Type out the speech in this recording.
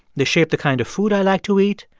they shape the kind of food i like to eat,